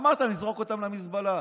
אמרת: נזרוק אותם למזבלה.